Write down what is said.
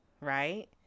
right